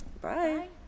bye